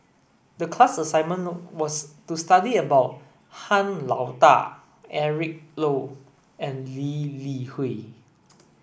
the class assignment was to study about Han Lao Da Eric Low and Lee Li Hui